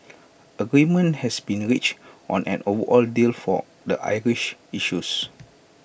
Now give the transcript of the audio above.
agreement has been reached on an overall deal for the Irish issues